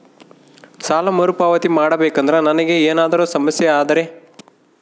ಸಾಲ ಮರುಪಾವತಿ ಮಾಡಬೇಕಂದ್ರ ನನಗೆ ಏನಾದರೂ ಸಮಸ್ಯೆ ಆದರೆ?